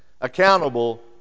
accountable